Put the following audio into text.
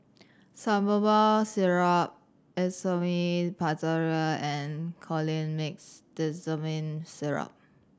Salbutamol Syrup Esomeprazole and Colimix Dicyclomine Syrup